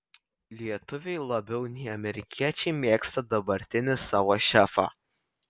lietuviai labiau nei amerikiečiai mėgsta dabartinį savo šefą